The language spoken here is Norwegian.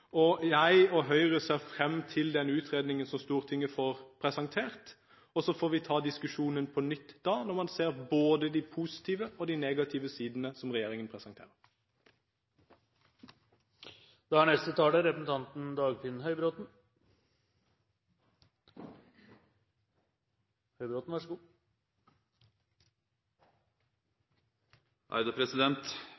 engasjementet. Jeg og Høyre ser frem til den utredningen som Stortinget får presentert, og så får vi ta diskusjonen på nytt når man ser både de positive og de negative sidene som regjeringen presenterer. Denne saken står på Stortingets dagsorden fordi en samlet opposisjon er